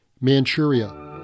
Manchuria